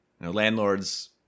Landlords